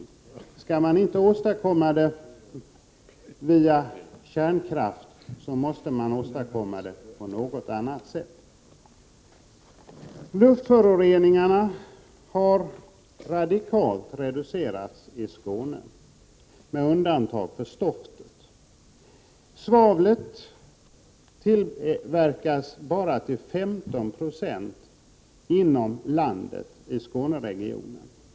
Åstadkommer man inte energin via kärnkraft, måste man åstadkomma den på något annat sätt. Luftföroreningarna har radikalt reducerats i Skåne, med undantag för stoftet. Av svavlet i Skåneregionen kommer endast 15 90 från tillverkning inom landet.